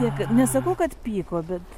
ne nesakau kad pyko bet